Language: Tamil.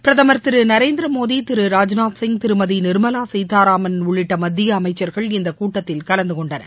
பிரதமர் திரு நரேந்திரமோடி திரு ராஜ்நாத்சிங் திருமதி நிர்மலா சீத்தாராமன் உள்ளிட்ட மத்திய அமைச்சர்கள் இந்த கூட்டத்தில் கலந்துகொண்டனர்